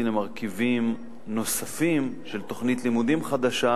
למרכיבים נוספים של תוכנית לימודים חדשה.